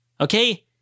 Okay